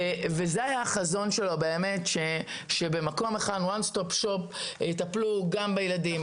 וזה היה החזון שלו שבמקום אחד יטפלו גם בילדים,